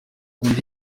akunda